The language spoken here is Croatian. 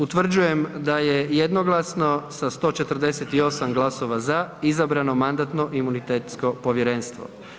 Utvrđujem da je jednoglasno sa 148 glasova za izabrano Mandatno-imunitetsko povjerenstvo.